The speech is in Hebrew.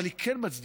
אבל היא כן מצדיקה